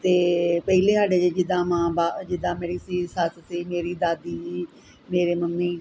ਅਤੇ ਪਹਿਲਾਂ ਸਾਡੇ 'ਚ ਜਿੱਦਾਂ ਮਾਂ ਬਾਪ ਜਿੱਦਾਂ ਮੇਰੀ ਸੀ ਸੱਸ ਸੀ ਮੇਰੀ ਦਾਦੀ ਜੀ ਮੇਰੇ ਮੰਮੀ